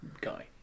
guy